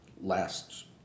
last